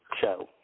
show